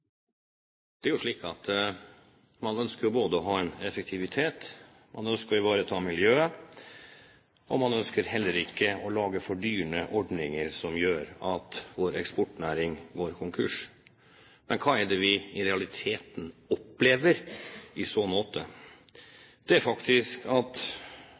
Det er jo slik at man ønsker både å ha effektivitet og å ivareta miljøet, og man ønsker heller ikke å lage fordyrende ordninger som gjør at vår eksportnæring går konkurs. Men hva er det vi i realiteten opplever i så måte? Det er at